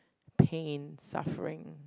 pain suffering